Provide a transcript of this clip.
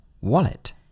Wallet